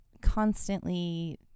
constantly